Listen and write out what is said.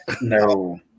No